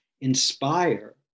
inspire